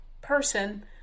person